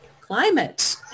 climate